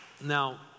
Now